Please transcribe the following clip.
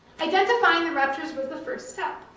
identifying the ruptures was the first step.